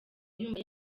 yumva